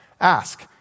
ask